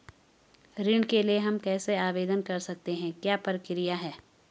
ऋण के लिए हम कैसे आवेदन कर सकते हैं क्या प्रक्रिया है?